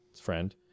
friend